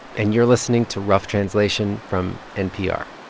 and you're listening to rough translation from npr.